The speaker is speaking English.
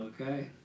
Okay